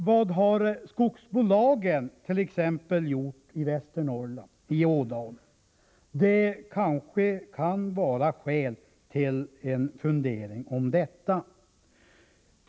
Vad har skogsbolagen t.ex. gjort i Västernorrland, i Ådalen? Det kanske kan finnas skäl att fundera på detta.